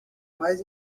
mais